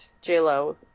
J-Lo